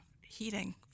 heating